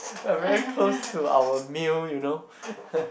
we are very close to our meal you know